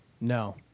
No